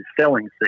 selling